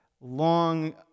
long